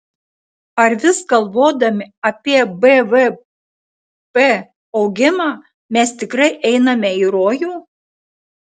ar vis galvodami apie bvp augimą mes tikrai einame į rojų